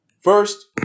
First